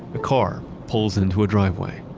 a car pulls into a driveway.